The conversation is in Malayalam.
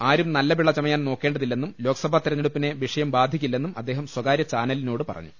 ആരും നല്ല പിള്ള ചമയാൻ നോക്കേണ്ടതില്ലെന്നും ലോക്സഭാ തെരഞ്ഞെടു പ്പിനെ വിഷയം ബാധിക്കില്ലെന്നും അദ്ദേഹം സ്വകാര്യചാനലിനോട് പറഞ്ഞു